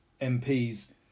MPs